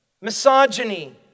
misogyny